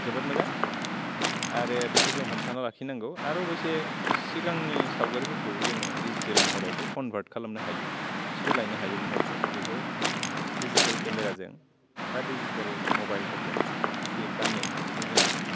जोबोद मोजां आरो बेखौ जों हमथाना लाखिनांगौ आरो अबयसे सिगांनि सावगारिफोरखौ जोङो डिजिटेल महरावबो कनभार्ट खालामनो हायो सोलायनो हायो महरखौ बेखौ डिजिटेल खेमेराजों बा डिजिटेल मबाइलफोरजों खेबनानै बेखौ जोङो